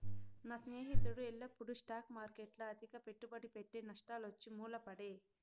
నా స్నేహితుడు ఎల్లప్పుడూ స్టాక్ మార్కెట్ల అతిగా పెట్టుబడి పెట్టె, నష్టాలొచ్చి మూల పడే